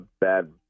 bad